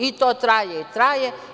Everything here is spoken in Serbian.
I to traje i traje.